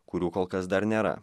kurių kol kas dar nėra